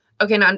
Okay